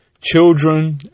children